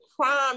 crime